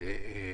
והסבירו